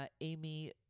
amy